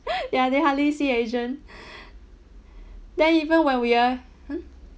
ya they hardly see asian then even when we are !huh!